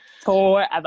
Forever